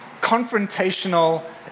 confrontational